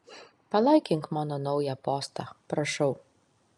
palaikink mano naują postą prašau